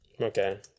Okay